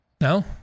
No